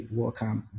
welcome